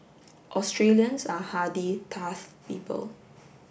Australians are hardy tough people